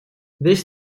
весь